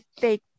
fake